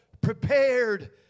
prepared